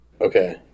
Okay